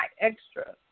extra